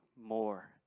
more